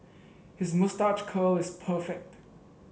his moustache curl is perfect